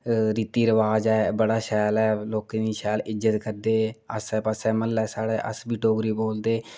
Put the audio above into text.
रीति रवाज़ बड़ा शैल ऐ लोकें दी इज्जत शैल करदे आस्सै पास्सै म्हल्लै साढ़ै अस बी डोगरी बोलदे